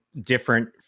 different